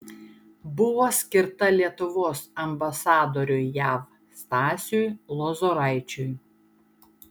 buvo skirta lietuvos ambasadoriui jav stasiui lozoraičiui